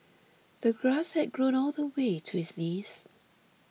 the grass had grown all the way to his knees